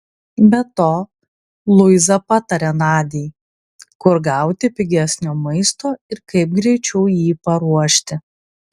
be to luiza patarė nadiai kur gauti pigesnio maisto ir kaip greičiau jį paruošti